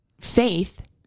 faith